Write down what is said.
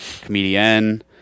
comedian